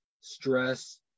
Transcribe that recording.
stress